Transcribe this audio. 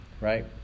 right